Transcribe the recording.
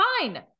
fine